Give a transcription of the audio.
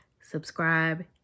subscribe